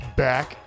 back